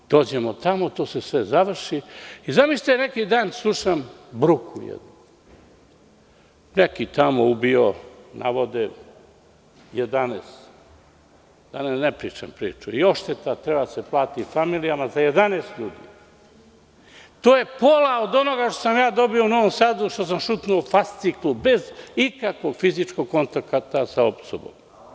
Mi dođemo tamo, a to se sve završi i zamislite, neki dan slušam bruku, neki tamo ubio navode nekih jedanaest, da vam ne pričam tu priču, treba da se plati odšteta familijama, za 11 ljudi, a to je pola od onoga što sam ja dobio u Novom Sadu, što sam šutnuo fasciklu bez ikakvog fizičkog kontakta sa osobom.